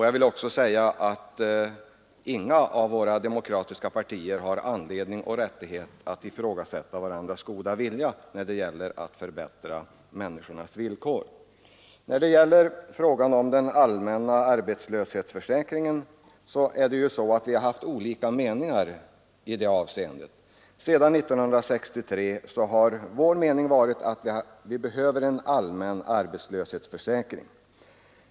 Jag vill också säga att inga av våra demokratiska partier har anledning och rättighet att ifrågasätta varandras goda vilja när det gäller att förbättra människornas villkor. När det gäller frågan om den allmänna arbetslöshetsförsäkringen har vi ju haft olika meningar. Sedan 1963 har vår mening varit att vi behöver en allmän arbetslöshetsförsäkring.